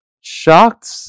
shocked